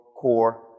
core